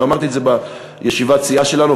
ואמרתי את זה בישיבת סיעה שלנו,